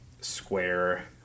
square